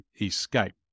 escape